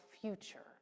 future